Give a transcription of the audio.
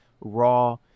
raw